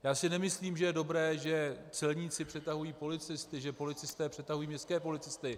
Já si nemyslím, že je dobré, že celníci přetahují policisty, že policisté přetahují městské policisty.